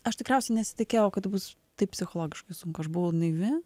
aš tikriausiai nesitikėjau kad bus taip psichologiškai sunku aš buvau naivi